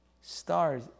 Stars